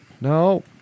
No